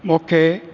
मूंखे